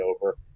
over